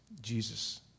Jesus